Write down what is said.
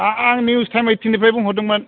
आह आं news time ओइटिननिफ्राय बुंहरदोंमोन